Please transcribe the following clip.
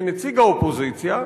כנציג האופוזיציה,